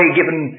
given